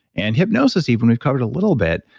and hypnosis even we've covered a little bit,